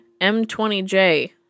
M20J